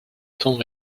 temps